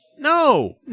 No